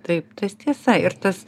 taip tas tiesa ir tas